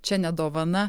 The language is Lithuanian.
čia ne dovana